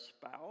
spouse